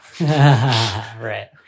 Right